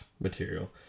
material